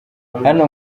hano